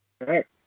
Right